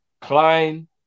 Klein